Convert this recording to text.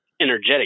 energetic